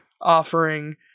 offering